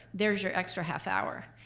there's your extra half hour.